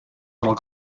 little